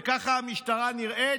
וככה המשטרה נראית,